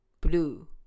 blue